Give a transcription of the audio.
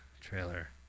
trailer